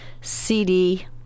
CD